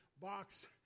box